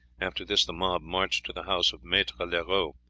after this the mob marched to the house of maitre leroux.